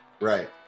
Right